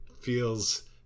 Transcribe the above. feels